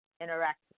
interact